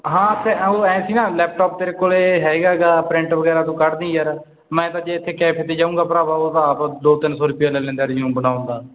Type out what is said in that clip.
ਹਾਂ ਤੇ ਉਹ ਐਂ ਸੀਗਾ ਨਾ ਲੈਪਟਾਪ ਤੇਰੇ ਕੋਲ ਹੈਗਾ ਗਾ ਪ੍ਰਿੰਟ ਵਗੈਰਾ ਤੂੰ ਕੱਢ ਦੀ ਯਾਰ ਮੈਂ ਤਾਂ ਜੇ ਇੱਥੇ ਕੈਫੇ 'ਤੇ ਜਾਊਗਾ ਭਰਾਵਾ ਉਹ ਤਾਂ ਆਪ ਦੋ ਤਿੰਨ ਸੌ ਰੁੁਪਇਆ ਲੈ ਲੈਂਦਾ ਰਿਜਿਊਮ ਬਣਾਉਣ ਦਾ